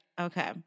Okay